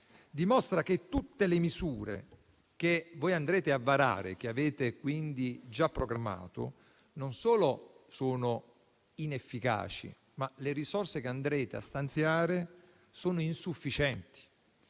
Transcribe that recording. dimostra che tutte le misure che voi andrete a varare e che avete quindi già programmato non solo sono inefficaci e le risorse che andrete a stanziare sono insufficienti.